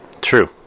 True